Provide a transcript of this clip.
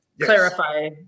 clarify